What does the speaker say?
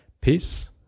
peace